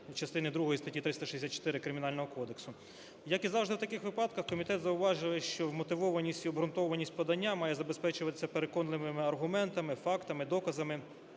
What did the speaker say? частини другої статті 364 Кримінального кодексу. Як і завжди в таких випадках, комітет зауважує, що вмотивованість і обґрунтованість має забезпечуватися переконливими аргументами, фактами, доказами,